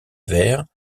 vayres